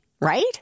right